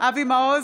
אבי מעוז,